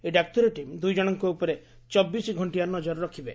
ଏହି ଡାକ୍ତରୀ ଟିମ୍ ଦୁଇଜଶଙ୍କ ଉପରେ ଚବିଶଘଣ୍ଣିଆ ନଜର ରଖିବେ